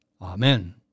Amen